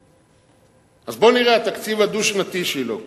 אז בואו נראה, התקציב הדו-שנתי שלו.